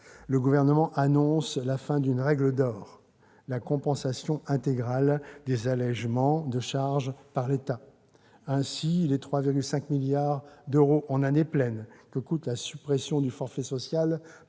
le Gouvernement annonce la fin d'une règle d'or : la compensation intégrale des allégements de charges par l'État. Ainsi, les 3,5 milliards d'euros en année pleine que coûtent la suppression du forfait social